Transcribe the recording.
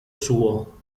suo